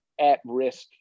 at-risk